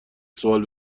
سوال